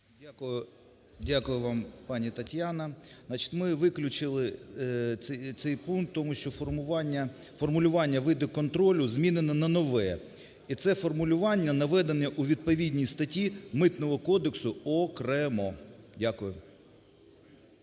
Дякую вам, пані Тетяно. Значить, ми виключили цей пункт, тому що формулювання виду контролю змінено на нове, і це формулювання наведено у відповідній статті Митного кодексу окремо. Дякую.